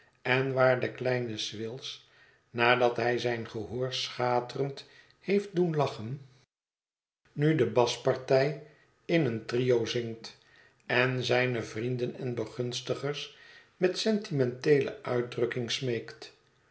en waar de kleine swills nadat hij zijn gehoor schaterend heeft doen lachen nu de baspartij in een trio zingt en zijne vrienden en begunstigers met sentimenteele uitdrukking smeekt